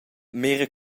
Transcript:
mira